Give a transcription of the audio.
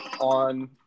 on